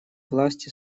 власти